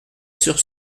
sur